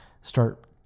start